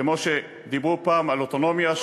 כמו שדיברו פעם על אוטונומיה,